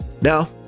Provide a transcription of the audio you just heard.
now